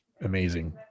amazing